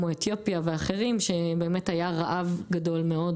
כמו אתיופיה ואחרים שבאמת היה רעב גדול מאוד,